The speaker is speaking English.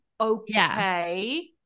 Okay